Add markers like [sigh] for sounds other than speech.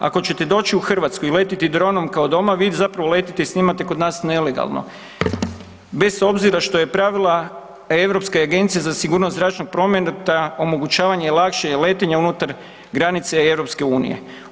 Ako ćete doći u Hrvatsku i letiti dronom kao doma, vi zapravo letite i snimate kod nas nelegalno, bez obzira što pravila Europske agencije za sigurnost zračnog prometa ... [unintelligible] lakšeg letenja unutar granice EU-a.